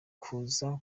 kuza